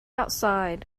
outside